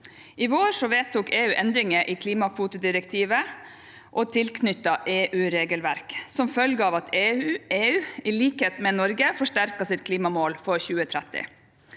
I vår vedtok EU endringer i klimakvotedirektivet og tilknyttede EU-regelverk som følge av at EU, i likhet med Norge, forsterket sitt klimamål for 2030.